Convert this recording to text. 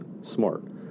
smart